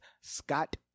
Scott